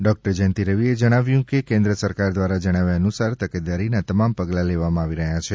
doctor Jayanti રવિએ જણાવ્યું કે કેન્દ્ર સરકાર દ્વારા જણાવ્યા અનુસાર તકેદારીના તમામ પગલાં લેવામાં આવી રહ્યા છે